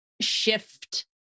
shift